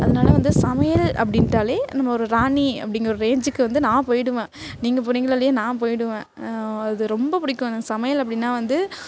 அதனால வந்து சமையல் அப்படின்டாலே நம்ம ஒரு ராணி அப்படிங்கிற ஒரு ரேஞ்சுக்கு வந்து நா போயிடுவேன் நீங்கள் போறீங்களோ இல்லையோ நான் போயிடுவேன் அது ரொம்ப பிடிக்கும் அந்த சமையல் அப்படினா வந்து